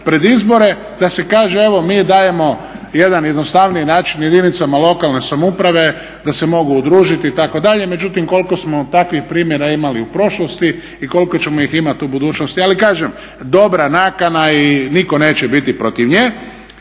pred izbore da se kaže evo mi dajemo jedan jednostavniji način jedinicama lokalne samouprave da se mogu udružiti itd., međutim koliko smo takvih primjera imali u prošlosti i koliko ćemo ih imati u budućnosti. Ali kažem, dobra nakana i nitko neće biti protiv nje.